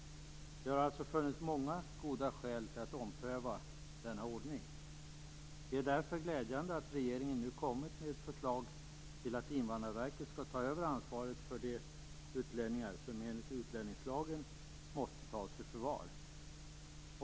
Det har alltså funnits många goda skäl till att ompröva denna ordning. Det är därför glädjande att regeringen nu har kommit med ett förslag om att Invandrarverket skall ta över ansvaret för de utlänningar som enligt utlänningslagen måste tas i förvar.